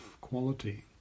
quality